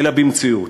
אלא במציאות,